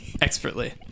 expertly